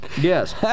Yes